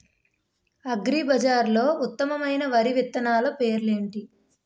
అగ్రిబజార్లో ఉత్తమమైన వరి విత్తనాలు పేర్లు ఏంటి?